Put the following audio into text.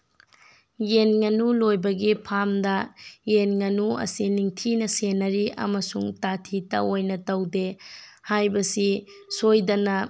ꯌꯦꯟ ꯉꯥꯅꯨ ꯂꯣꯏꯕꯒꯤ ꯐꯥꯔꯝꯗ ꯌꯦꯟ ꯉꯥꯅꯨ ꯑꯁꯤ ꯅꯤꯡꯊꯤꯅ ꯁꯦꯟꯅꯔꯤ ꯑꯃꯁꯨꯡ ꯇꯥꯊꯤ ꯇꯥꯑꯣꯏꯅ ꯇꯧꯗꯦ ꯍꯥꯏꯕꯁꯤ ꯁꯣꯏꯗꯅ